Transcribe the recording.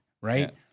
Right